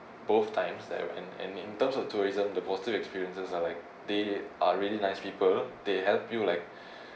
both times there and and in terms of tourism the positive experiences are like they are really nice people they help you like